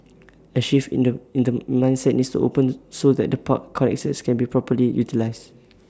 A shift in the in the mindset needs open so that the park connectors can be properly utilised